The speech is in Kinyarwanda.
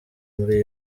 muri